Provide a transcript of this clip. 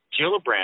Gillibrand